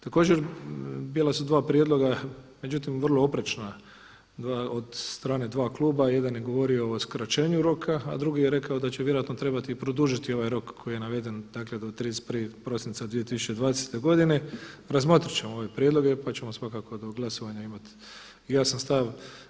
Također bila su dva prijedloga međutim vrlo oprečna od strane dva kluba, jedan je govorio o skraćenju roka, a drugi je rekao da će vjerojatno trebati produžiti ovaj rok koji je navede do 31. prosinca 2020. godine, razmotrit ćemo ove prijedloge pa ćemo svakako do glasovanja imati jasan stav.